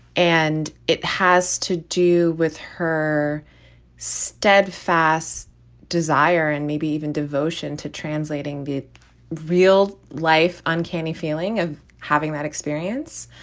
and it has to do with her steadfast desire and maybe even devotion to translating the real life, uncanny feeling of having that experience.